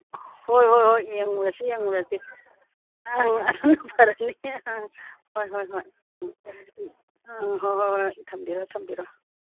ꯍꯣꯏ ꯍꯣꯏ ꯍꯣꯏ ꯌꯦꯡꯉꯨꯔꯁꯤ ꯌꯦꯡꯉꯨꯔꯁꯤ ꯑꯪ ꯐꯔꯅꯤ ꯍꯣꯏ ꯍꯣꯏ ꯍꯣꯏ ꯎꯝ ꯑꯥ ꯍꯣꯏ ꯍꯣꯏ ꯍꯣꯏ ꯊꯝꯕꯤꯔꯣ ꯊꯝꯕꯤꯔꯣ